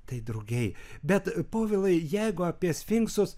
tai drugiai bet povilai jeigu apie sfinksus